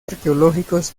arqueológicos